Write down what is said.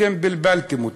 אתם בלבלתם אותנו,